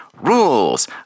rules